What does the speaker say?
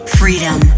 freedom